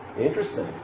Interesting